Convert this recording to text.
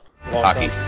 hockey